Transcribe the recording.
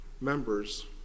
members